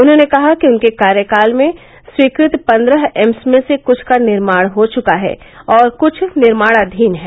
उन्होंने कहा कि उनके कार्यकाल में स्वीकृत पन्द्रह एम्स में से कृछ का निर्माण हो चुका है और कृछ निर्माणाधीन हैं